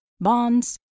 bonds